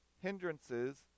hindrances